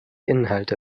inhalte